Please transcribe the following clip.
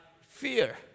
fear